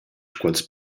quels